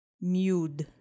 Mute